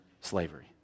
slavery